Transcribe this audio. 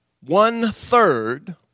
one-third